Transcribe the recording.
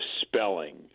spelling